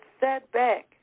setback